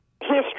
history